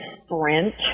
Sprint